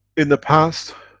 in the past,